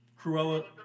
Cruella